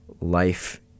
life